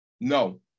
No